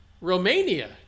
Romania